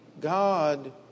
God